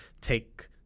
take